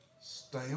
Stay